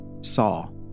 Saul